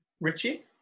Richie